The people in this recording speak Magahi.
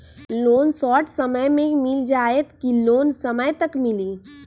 लोन शॉर्ट समय मे मिल जाएत कि लोन समय तक मिली?